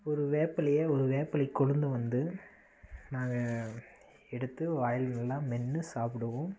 ஒரு வேப்பிலையை ஒரு வேப்பிலை கொழுந்து வந்து நாங்கள் எடுத்து வாயில் நல்லா மென்று சாப்பிடுவோம்